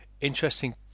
interesting